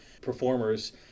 performers